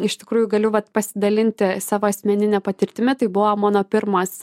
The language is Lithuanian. iš tikrųjų galiu vat pasidalinti savo asmenine patirtimi tai buvo mano pirmas